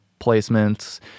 placements